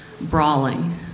brawling